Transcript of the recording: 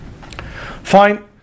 Fine